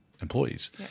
employees